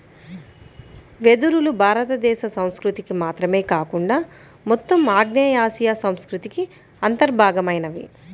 వెదురులు భారతదేశ సంస్కృతికి మాత్రమే కాకుండా మొత్తం ఆగ్నేయాసియా సంస్కృతికి అంతర్భాగమైనవి